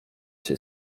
się